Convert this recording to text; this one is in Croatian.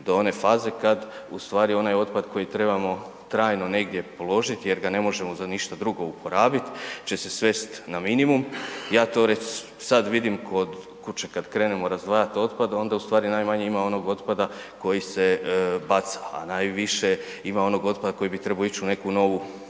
do one faze kad ustvari onaj otpad koji trebamo trajno negdje položiti jer ga ne možemo za ništa drugo uporabiti će se svesti na minimum, ja to već sad vidim kod kuće, kad krenemo razdvajati otpad, onda ustvari najmanje ima onog otpada koji se baca, a najviše ima onog otpada koji bi trebao ići u neku novu